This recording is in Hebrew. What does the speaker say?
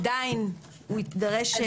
עדיין הוא יידרש,